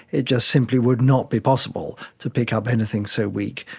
it just simply would not be possible to pick up anything so weak,